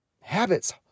habits